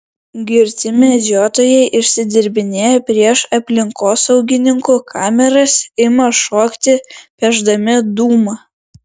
girti medžiotojai išsidirbinėja prieš aplinkosaugininkų kameras ima šokti pešdami dūmą